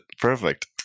Perfect